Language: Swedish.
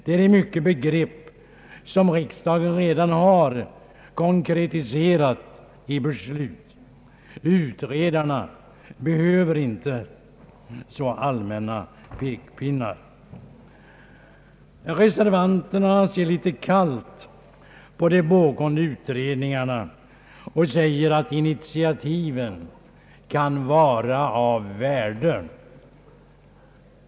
Det är i mycket begrepp som riksdagen har konkretiserat i beslut. Utredarna behöver inte så allmänna pekpinnar. Reservanterna ser litet kallt på de pågående utredningarna och säger att initiativen »kan vara av värde».